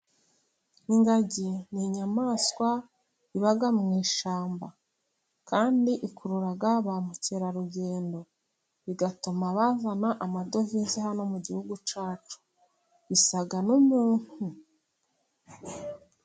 Ingagi ni inyamaswa iba mu ishyamba kandi ikurura ba mukerarugendo, bigatuma bazana amadovize hano mu gihugu cyacu isa n'umuntu.